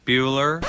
Bueller